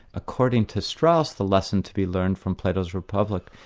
according to strauss the lesson to be learned from plato's republic,